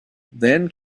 then